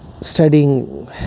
Studying